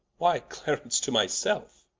why clarence, to my selfe